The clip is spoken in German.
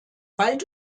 bald